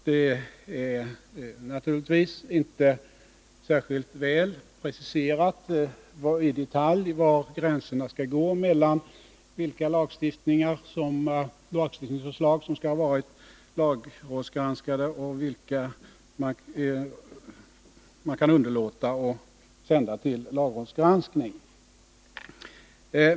Det är inte preciserat i detalj var gränserna skall gå mellan vilka lagstiftningsförslag som skall lagrådsgranskas och vilka man kan underlåta att sända till lagrådsgranskning.